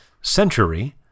Century